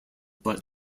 but